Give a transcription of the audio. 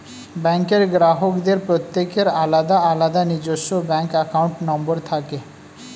ব্যাঙ্কের গ্রাহকদের প্রত্যেকের আলাদা আলাদা নিজস্ব ব্যাঙ্ক অ্যাকাউন্ট নম্বর থাকে